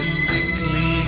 sickly